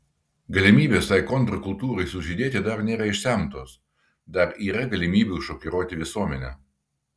galimybės tai kontrkultūrai sužydėti dar nėra išsemtos dar yra galimybių šokiruoti visuomenę